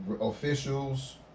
Officials